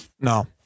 No